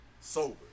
sober